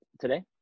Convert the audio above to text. today